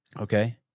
Okay